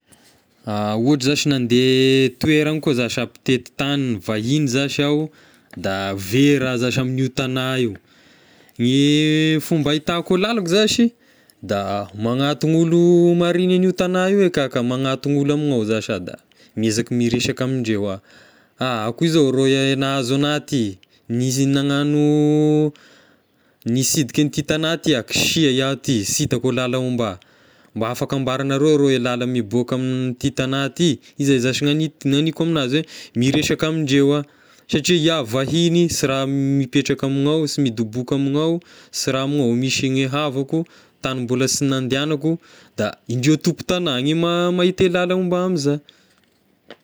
Ohatry zashy nandeha toeragny koa za sha mpitety tagny vahiny zashy iaho da very iahy zashy amin'io tagnà io, ny fomba ahitako e lalako zashy da mananton'olo marigny an'io tagnà io eka iaho ka, mananton'olo amignao za sha da meizaka miresaka amin-dreo ah, koa izao rô eh nahazo anahy ty nisy- nagnano nisidika an'ity tagnà ty ah ki sia iahy ty sy hitako lala homba, mba afaka ambara nareo rô e lala mibôaka am'ity tagnà ity, izay zashy nagnit- naniko aminazy eh, miresaka amin-dreo ah satria iaho vahiny sy raha mipetraka amign'ny ao, sy midoboka amign'ny ao, sy raha amin'ny ao misy gne havako, tagny mbola sy nandehanako, da indreo tompon-tagnà ny ma- mahita e lala homba amiza.